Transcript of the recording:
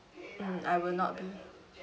mm I will not be